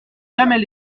jamais